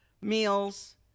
meals